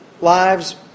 lives